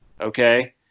okay